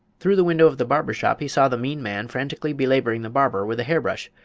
through the window of the barber shop he saw the mean man frantically belaboring the barber with a hair brush,